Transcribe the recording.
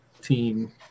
team